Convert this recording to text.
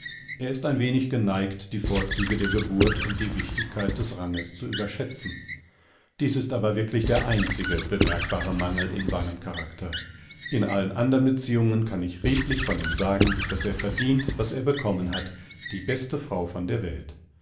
er ist ein wenig geneigt die vorzüge der geburt und die wichtigkeit des ranges zu überschätzen dies ist aber wirklich der einzige bemerkbare mangel in seinem charakter in allen anderen beziehungenkannichredlichvonihmsagen daßerverdient waserbekommenhat die beste frau von der welt